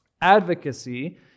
Advocacy